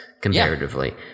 comparatively